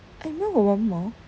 I remember got one more